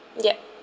yup